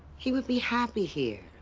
he would be happy here.